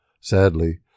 Sadly